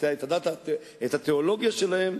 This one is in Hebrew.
את התיאולוגיה שלהן,